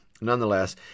nonetheless